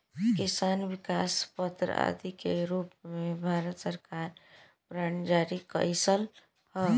किसान विकास पत्र आदि के रूप में भारत सरकार बांड जारी कईलस ह